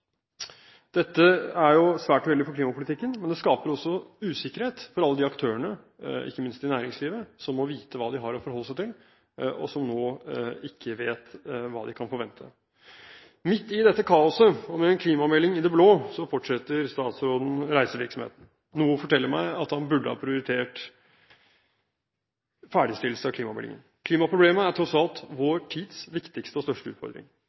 Dette er svært uheldig for klimapolitikken, men det skaper også usikkerhet for alle de aktørene, ikke minst i næringslivet, som må vite hva de har å forholde seg til, og som nå ikke vet hva de kan forvente. Midt i dette kaoset – og med en klimamelding i det blå – fortsetter statsråden reisevirksomheten. Noe forteller meg at han burde ha prioritert ferdigstillelse av klimameldingen. Klimaproblemet er tross alt vår tids viktigste og største utfordring.